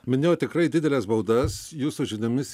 minėjau tikrai dideles baudas jūsų žiniomis